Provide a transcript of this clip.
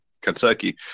Kentucky